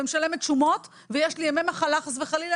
משלמת שומות ויש לי ימי מחלה חס וחלילה